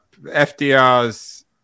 FDR's